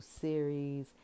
series